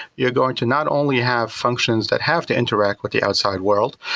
you're going to not only have functions that have to interact with the outside world,